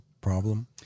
problem